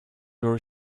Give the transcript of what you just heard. door